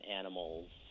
animals